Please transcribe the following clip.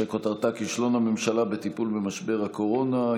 שכותרתה: כישלון הממשלה בטיפול במשבר הקורונה.